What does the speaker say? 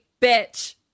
bitch